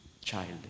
child